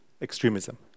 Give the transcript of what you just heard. extremism